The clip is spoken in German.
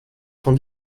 von